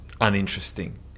uninteresting